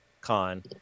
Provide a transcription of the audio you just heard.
Con